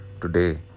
today